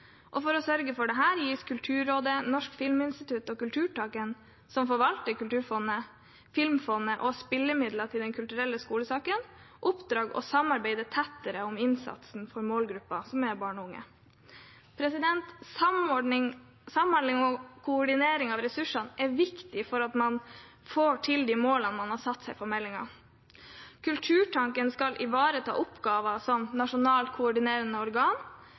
For å sørge for dette gis Kulturrådet, Norsk filminstitutt og Kulturtanken, som forvalter Kulturfondet, Filmfondet og spillemidler til Den kulturelle skolesekken, i oppdrag å samarbeide tettere om innsatsen for målgruppen barn og unge. Samhandling og koordinering av ressursene er viktig for å nå de målene man har satt seg for meldingen. Kulturtanken skal ivareta oppgaver som nasjonalt koordinerende organ